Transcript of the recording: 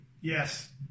Yes